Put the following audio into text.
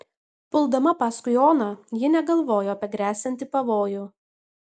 puldama paskui oną ji negalvojo apie gresiantį pavojų